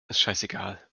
scheißegal